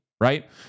right